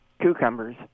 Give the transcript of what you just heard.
cucumbers